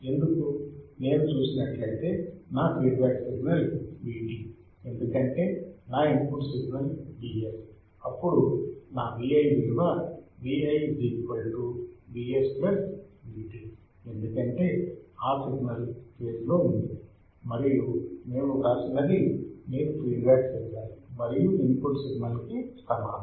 ఎందుకు నేను చూసినట్లయితే నా ఫీడ్ బ్యాక్ సిగ్నల్ Vt ఎందుకంటే నా ఇన్పుట్ సిగ్నల్ Vsఅప్పుడు నా Vi విలువ Vi Vs Vt ఎందుకంటే ఆ సిగ్నల్ ఫేజ్ లో ఉంది మరియు మేము వ్రాసినది నేను ఫీడ్ బ్యాక్ సిగ్నల్ మరియు ఇన్పుట్ సిగ్నల్ కి సమానం